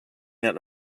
that